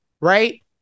Right